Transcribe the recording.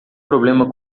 problema